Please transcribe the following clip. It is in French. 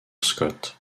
scott